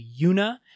Yuna